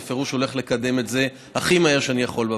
בפירוש הולך לקדם את זה הכי מהר שאני יכול בוועדה.